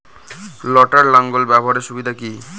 লটার লাঙ্গল ব্যবহারের সুবিধা কি?